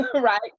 right